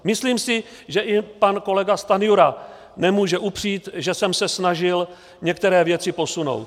Myslím si, že i pan kolega Stanjura nemůže upřít, že jsem se snažil některé věci posunout.